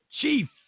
chief